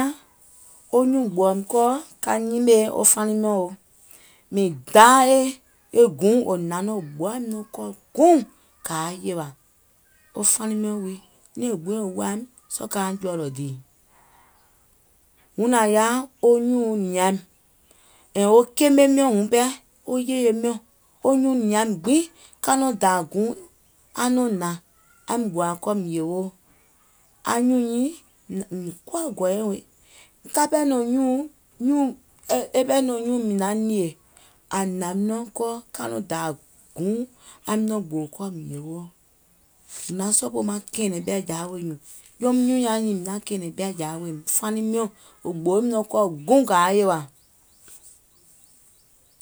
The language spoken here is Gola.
O nyùùŋ gbàìm kɔɔ ka nyimèè wo faniŋ miɔ̀ŋ wo, mìŋ daa e gùuŋ wò hnàŋ nɔŋ wò gboàìm nɔŋ kɔɔ guùŋ kàa yèwè. Wo faniŋ miɔ̀ŋ wii, nɛ̀ŋ gbiŋ wò woàìm sɔɔ̀ kauŋ jɔ̀ɔ̀lɔ̀ dìì. Wuŋ nàŋ yaà wo nyuùŋ nìaim, yèè wo keeme miɔ̀ŋ wuŋ pɛɛ, wo yèye miɔ̀ŋ, wo nyuùŋ nìaim gbiŋ ka nɔŋ dàà gùuŋ aŋ nɔŋ hnàŋ aim gbòà kɔɔ mìŋ yewoo, anyùùŋ nyiiŋ miŋ mìŋ kuwa gɔ̀ɔ̀yɛ weè nyiŋ. E ɓɛɛ nɔ̀ŋ nyùùŋ mìŋ naŋ nìè, àŋ hnàìm nɔŋ kɔɔ ka nɔŋ dàà gùuŋ aim nɔŋ gbòò kɔɔ mìŋ yeweo. Mìŋ naŋ sòpoò ka kɛ̀ɛ̀nɛŋ ɓɛ̀ɛ̀jàa wèè nyùùŋ, jeim nyùùŋ nyaŋ nyiiŋ mìŋ naŋ kɛ̀ɛ̀nɛ̀ŋ ɓɛ̀ɛ̀jàa weèuŋ, faniŋ miɔ̀ŋ wò gboìm kɔɔ guùŋ kàa yèwà.